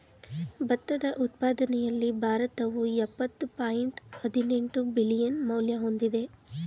ಭತ್ತದ ಉತ್ಪಾದನೆಯಲ್ಲಿ ಭಾರತವು ಯಪ್ಪತ್ತು ಪಾಯಿಂಟ್ ಹದಿನೆಂಟು ಬಿಲಿಯನ್ ಮೌಲ್ಯ ಹೊಂದಿದೆ